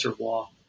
law